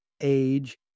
age